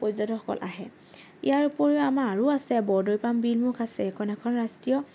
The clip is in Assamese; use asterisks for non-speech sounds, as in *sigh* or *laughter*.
পৰ্যটকসকল আহে ইয়াৰ উপৰিও আমাৰ আৰু আছে বৰদৈপাম *unintelligible* আছে সেইখন এখন ৰাষ্ট্ৰীয়